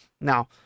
Now